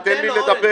תן לי לדבר.